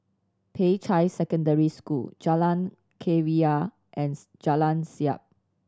Peicai Secondary School Jalan Keria and Jalan Siap